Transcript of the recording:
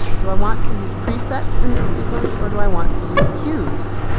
do i want to use presets in this sequence or do i want to use cues?